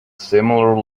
similar